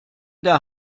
der